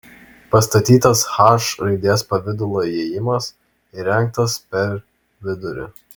pastatytas h raidės pavidalo įėjimas įrengtas per vidurį